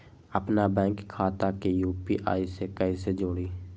अपना बैंक खाता के यू.पी.आई से कईसे जोड़ी?